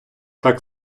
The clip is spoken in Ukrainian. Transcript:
так